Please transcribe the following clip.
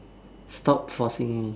stop forcing me